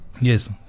yes